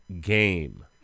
game